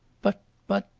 but but,